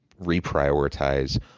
reprioritize